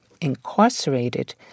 incarcerated